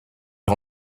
est